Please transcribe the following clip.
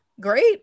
great